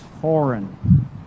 foreign